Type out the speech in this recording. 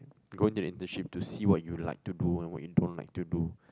going to internship to see what you like to do and what you don't like to do